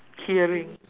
hearing